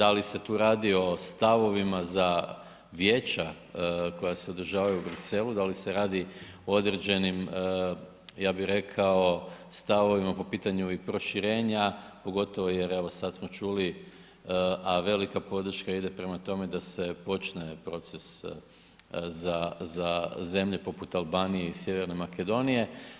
Da li se tu radi o stavovima za vijeća koja se održavaju u Briselu, da li se radi o određenim ja bih rekao stavovima po pitanju i proširenja pogotovo jer evo sada smo čuli a velika podrška ide prema tome da se počne proces za zemlje poput Albanije i sjeverne Makedonije.